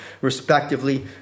respectively